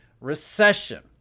recession